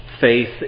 faith